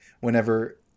whenever